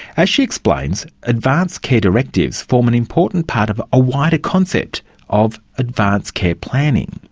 as she explains, advance care directives form an important part of a wider concept of advance care planning.